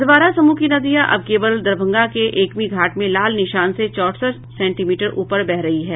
अधवारा समूह की नदियां अब केवल दरभंगा के एकमीघाट में लाल निशान से चौंसठ सेंटीमीटर ऊपर बह रही है